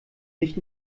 nicht